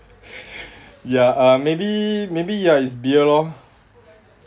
ya uh maybe maybe ya it's beer lor